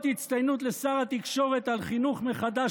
אות הצטיינות לשר התקשורת על חינוך מחדש